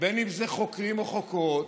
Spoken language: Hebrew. ובין שזה חוקרים או חוקרות,